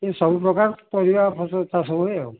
ଏସବୁ ପ୍ରକାର ପରିବା ଫସଲ ଚାଷ ହୁଏ ଆଉ